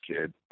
kid